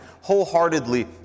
wholeheartedly